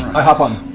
hop on